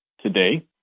today